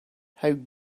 how